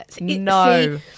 No